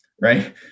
right